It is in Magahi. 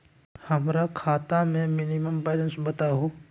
हमरा खाता में मिनिमम बैलेंस बताहु?